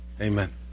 Amen